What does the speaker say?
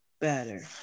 better